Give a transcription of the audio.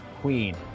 Queen